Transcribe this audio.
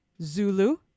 Zulu